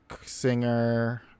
singer